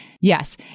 yes